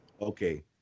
Okay